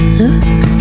look